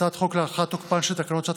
הצעת חוק להארכת תוקפן של תקנות שעת